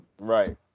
Right